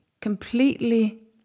completely